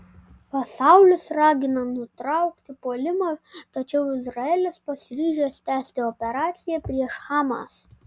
pasaulis ragina nutraukti puolimą tačiau izraelis pasiryžęs tęsti operaciją prieš hamas